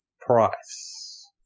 price